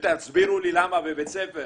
תסבירו לי למה בבית ספר